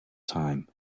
time